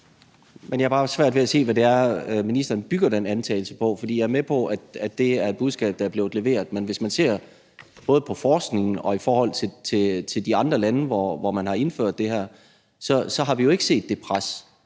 Men jeg har bare svært ved at se, hvad det er, ministeren bygger den antagelse på. For jeg er med på, at det er et budskab, der er blevet leveret. Men hvis man både ser på forskningen og ser på det i forhold til de lande, hvor man har indført det her, så har vi jo ikke set det pres.